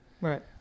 Right